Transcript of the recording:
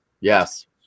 Yes